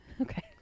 Okay